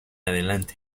adelante